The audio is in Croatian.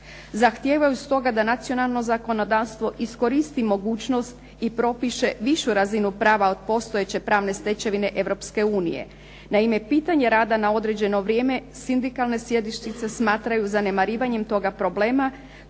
Zahtijevaju stoga za nacionalno zakonodavstvo iskoristi mogućnost i propiše višu razinu prava od postojeće pravne stečevine Europske unije. Naime, pitanje rada na određeno vrijeme sindikalne središnjice smatraju zanemarivanjem toga problema,